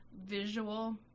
Visual